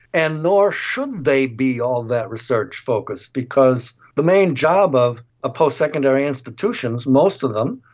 and nor should they be all that research-focused because the main job of a postsecondary institution, most of them,